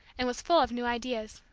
and was full of new ideas.